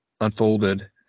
unfolded